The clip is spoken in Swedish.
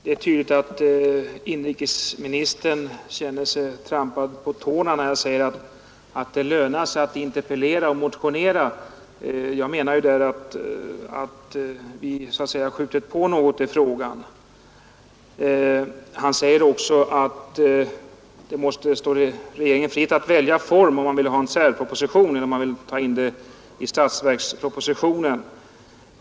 Fru talman! Det är tydligt att inrikesministern kände sig trampad på tårna när jag sade att det lönar sig att interpellera och motionera. Jag menar att vi har så att säga skjutit på litet i frågan. Han sade också att det måste stå regeringen fritt att välja, om man skall lägga fram en särproposition eller om man vill ta in förslaget i statsverkspropositionen.